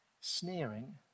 Sneering